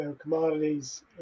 commodities